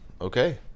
Okay